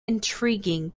intriguing